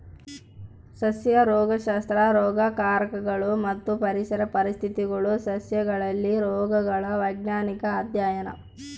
ಸಸ್ಯ ರೋಗಶಾಸ್ತ್ರ ರೋಗಕಾರಕಗಳು ಮತ್ತು ಪರಿಸರ ಪರಿಸ್ಥಿತಿಗುಳು ಸಸ್ಯಗಳಲ್ಲಿನ ರೋಗಗಳ ವೈಜ್ಞಾನಿಕ ಅಧ್ಯಯನ